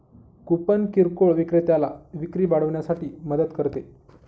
coupon किरकोळ विक्रेत्याला विक्री वाढवण्यासाठी मदत करते